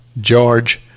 George